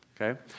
okay